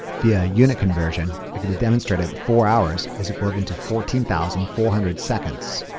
via unit conversion, it can be demonstrated that four hours is equivalent to fourteen thousand four hundred seconds.